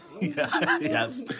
Yes